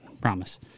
promise